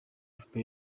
fpr